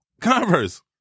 Converse